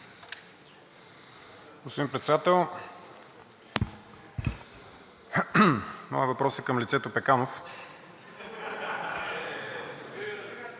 Господин Председател, моят въпрос е към лицето Пеканов.